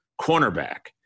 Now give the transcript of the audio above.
cornerback